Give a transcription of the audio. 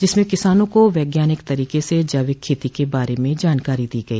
जिसमें किसानों को वैज्ञानिक तरीके से जैविक खेती के बारे में जानकारी दी गई